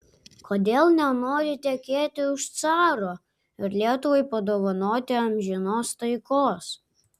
kodėl nenori tekėti už caro ir lietuvai padovanoti amžinos taikos